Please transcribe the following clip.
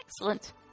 Excellent